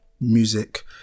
music